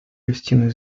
гостиной